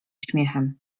śmiechem